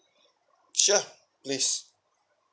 sure please